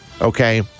Okay